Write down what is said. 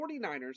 49ers